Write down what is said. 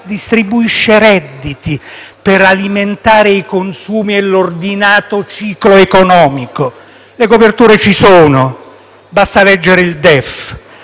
distribuisce redditi per alimentare i consumi e l'ordinato ciclo economico. Le coperture ci sono, basta leggere il DEF.